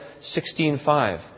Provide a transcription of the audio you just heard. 16.5